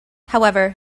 however